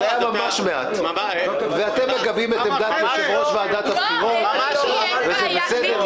זה היה ממש מעט ואתם מקבלים את עמדת יושב-ראש ועדת הבחירות וזה בסדר,